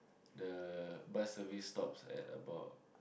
the bus service stops at about